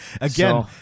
Again